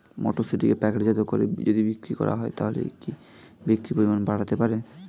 মটরশুটিকে প্যাকেটজাত করে যদি বিক্রি করা হয় তাহলে কি বিক্রি পরিমাণ বাড়তে পারে?